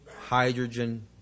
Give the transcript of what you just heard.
hydrogen